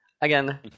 Again